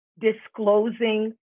disclosing